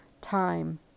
time